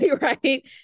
Right